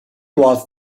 was